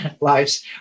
lives